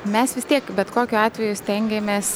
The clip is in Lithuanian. mes vis tiek bet kokiu atveju stengiamės